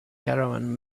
caravan